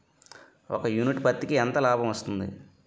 ఒక యూనిట్ పత్తికి ఎంత లాభం వస్తుంది?